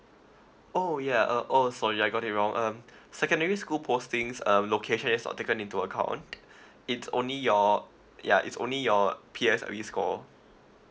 oh ya uh oh sorry I got it wrong um secondary school postings um location is not taken into account it's only your ya it's only your P_S_L_E score